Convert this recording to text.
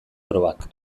probak